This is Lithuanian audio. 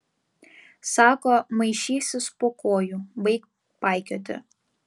sako maišysis po kojų baik paikioti